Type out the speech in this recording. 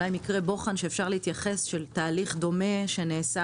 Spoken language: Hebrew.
אולי מקרי בוחן של תהליכים דומים שנעשו